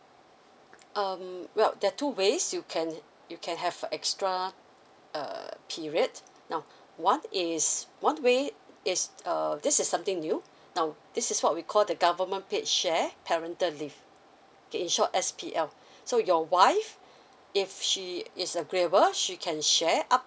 um well there're two ways you can you can have extra err periods now one is one way is err this is something new now this is what we called the government paid share parental leave okay in short S_P_L so your wife if she is a graver she can share up